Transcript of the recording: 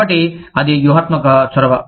కాబట్టి అది వ్యూహాత్మక చొరవ